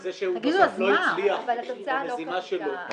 הרי זה שהוא בסוף לא הצליח במזימה שלו,